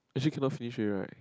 actually cannot finish it right